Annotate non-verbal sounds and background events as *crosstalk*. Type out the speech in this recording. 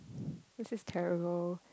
*breath* this is terrible